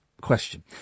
question